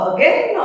Again